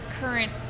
current